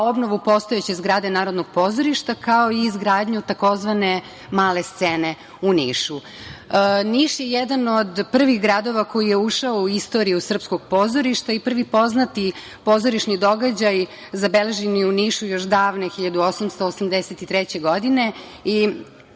obnovu postojeće zgrade Narodnog pozorišta, kao i izgradnju tzv. male scene u Nišu. Niš je jedan od prvih gradova koji je ušao u istoriju srpskog pozorišta i prvi poznati pozorišni događaj zabeležen je u Nišu još davne 1883. godine i